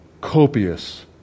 copious